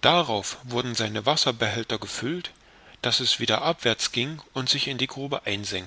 darauf wurden seine wasserbehälter gefüllt daß es wieder abwärts ging und in die grube sich